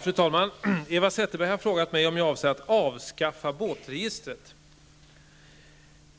Fru talman! Eva Zetterberg har frågat mig om jag avser att avskaffa båtregistret.